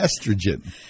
estrogen